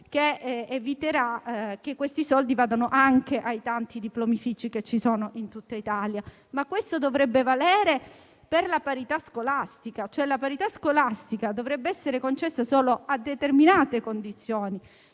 eviterà che le risorse vadano anche ai tanti diplomifici che ci sono in tutta Italia. Ma questo dovrebbe valere anche per la parità scolastica, che dovrebbe essere concessa solo a determinate condizioni,